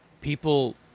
people